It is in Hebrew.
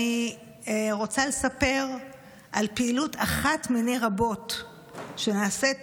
אני רוצה לספר על פעילות אחת מני רבות שנעשית